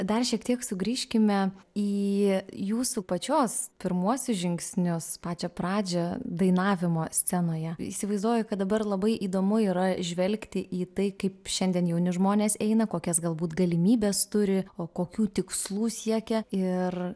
dar šiek tiek sugrįžkime į jūsų pačios pirmuosius žingsnius pačią pradžią dainavimo scenoje įsivaizduoju kad dabar labai įdomu yra žvelgti į tai kaip šiandien jauni žmonės eina kokias galbūt galimybes turi o kokių tikslų siekia ir